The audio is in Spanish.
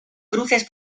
cruces